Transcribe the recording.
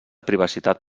privacitat